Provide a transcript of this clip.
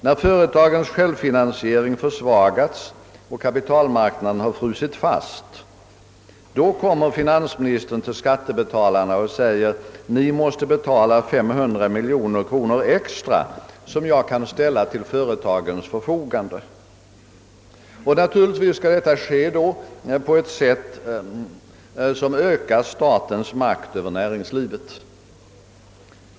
När företagens självfinansiering har försvagats och kapitalmarknaden har frusit fast, kommer finansministern till skattebetalarna och säger: »Ni måste betala 500 miljoner kronor extra som jag kan ställa till företagens förfogande.» Och naturligtvis skall detta göras på ett sätt som ökar statens makt över näringslivet.